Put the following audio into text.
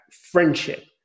friendship